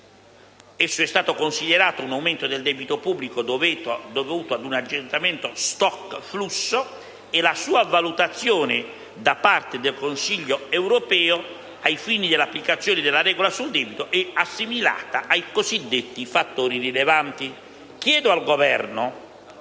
Esso è stato considerato un aumento del debito pubblico dovuto ad un aggiustamento *stock*-flusso e la sua valutazione da parte del Consiglio europeo ai fini dell'applicazione della regola sul debito è assimilata ai cosiddetti fattori rilevanti.